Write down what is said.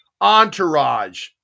Entourage